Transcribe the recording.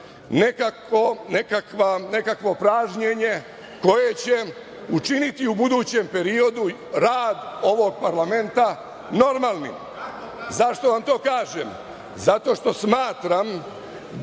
nekakvo pražnjenje koje će učiniti u budućem periodu rad ovog parlamenta normalnim.Zašto vam to kažem? Zato što smatram